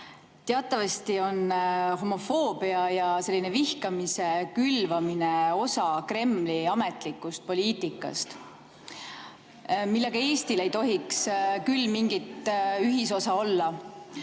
Teatavasti on homofoobia ja selline vihkamise külvamine osa Kremli ametlikust poliitikast, millega Eestil ei tohiks küll mingit ühisosa olla.